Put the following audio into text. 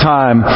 time